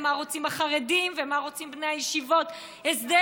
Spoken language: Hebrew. ומה רוצים החרדים ומה רוצים בני ישיבות ההסדר.